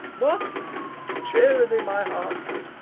what cheerly, my hearts.